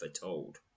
told